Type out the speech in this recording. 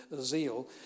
zeal